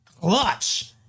clutch